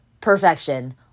perfection